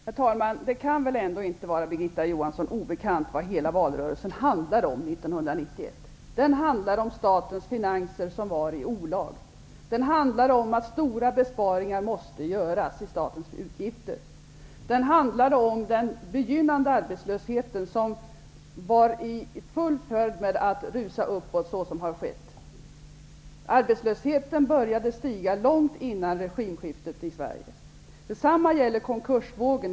Herr talman! Det kan väl ändå inte vara Birgitta Johansson obekant vad hela valrörelsen handlade om 1991. Den handlade om statens finanser, som var i olag. Den handlade om att stora besparingar måste göras i statens utgifter. Den handlade om den begynnande arbetslösheten, som var i full färd med att rusa uppåt, såsom har skett. Arbetslösheten började stiga långt innan regimskiftet ägde rum i Sverige. Detsamma gäller konkursvågen.